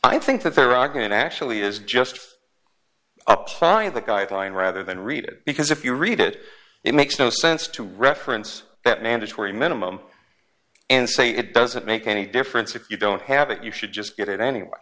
i think that there are going actually is just up by the guideline rather than read it because if you read it it makes no sense to reference that mandatory minimum and say it doesn't make any difference if you don't have it you should just get it anyway